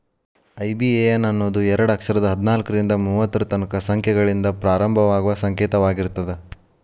IBAN ಅನ್ನೋದು ಎರಡ ಅಕ್ಷರದ್ ಹದ್ನಾಲ್ಕ್ರಿಂದಾ ಮೂವತ್ತರ ತನಕಾ ಸಂಖ್ಯೆಗಳಿಂದ ಪ್ರಾರಂಭವಾಗುವ ಸಂಕೇತವಾಗಿರ್ತದ